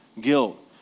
guilt